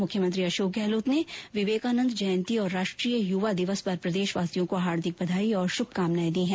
मुख्यमंत्री अशोक गहलोत ने विवेकानन्द जयंती और राष्ट्रीय युवा दिवस पर प्रदेशवासियों को हार्दिक बधाई और श्रभकामनाएं दी हैं